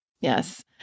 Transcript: Yes